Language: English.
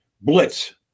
blitz